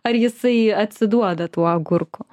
ar jisai atsiduoda tuo agurku